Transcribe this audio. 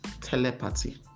telepathy